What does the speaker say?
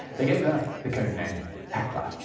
they gave her the code name heckler.